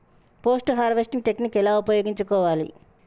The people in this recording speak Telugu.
పోస్ట్ హార్వెస్టింగ్ టెక్నిక్ ఎలా ఉపయోగించుకోవాలి?